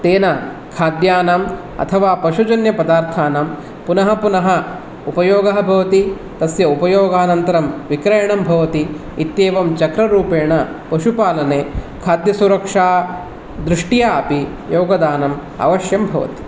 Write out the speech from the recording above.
तेन खाद्यानाम् अथवा पशुजन्य पदार्थानां पुनः पुनः उपयोगः भवति तस्य उपयोगानन्तरं विक्रयणं भवति इत्येवं चक्ररूपेण पशुपालने खाद्य सुरक्षा दृष्ट्यापि योगदानम् अवश्यं भवति